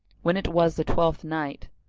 when it was the twelfth night,